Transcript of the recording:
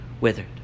withered